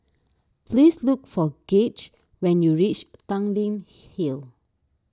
please look for Gauge when you reach Tanglin Hill